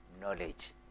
knowledge